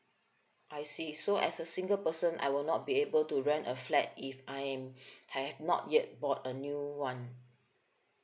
I see so as a single person I will not be able to rent a flat if I am have not yet bought a new one